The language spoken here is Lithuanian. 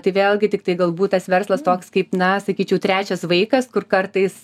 tai vėlgi tiktai galbūt tas verslas toks kaip na sakyčiau trečias vaikas kur kartais